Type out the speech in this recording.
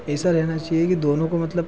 ऐसा रहना चाहिए कि दोनों को मतलब